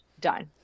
done